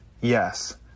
yes